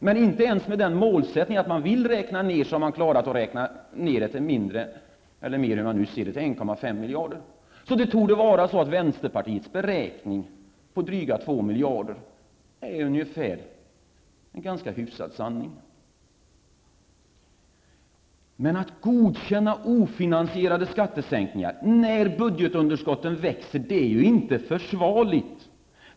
Men inte ens med den målsättningen, dvs. att man vill räkna ned, har man klarat att komma ned till mindre -- eller mer, hur man nu ser det -- än 1,5 miljarder torde alltså vara en ganska hyfsad sanning. Att godkänna ofinansierade skattesänkningar när budgetunderskottet växer är inte försvarligt.